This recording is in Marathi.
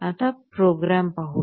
आता प्रोग्राम पाहू